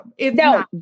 No